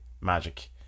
magic